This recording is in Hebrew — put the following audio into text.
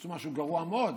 עשו משהו גרוע מאוד,